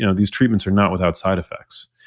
you know these treatments are not without side effects.